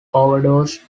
overdose